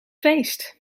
feest